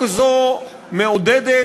שגם שהוא עזר